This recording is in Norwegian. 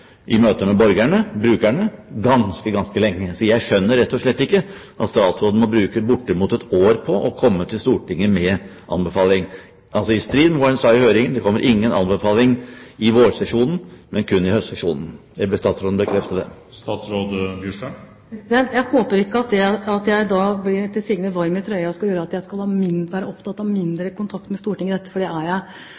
i møte med borgerne, brukerne, ganske lenge. Så jeg skjønner rett og slett ikke at statsråden må bruke bortimot ett år på å komme til Stortinget med en anbefaling, i strid med det hun sa i høringen. Det kommer ingen anbefaling i vårsesjonen, men kun i høstsesjonen. Jeg ber statsråden bekrefte det. Jeg håper ikke at det at jeg etter sigende er blitt varm i trøya, vil gjøre at jeg vil være opptatt av